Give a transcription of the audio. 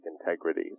integrity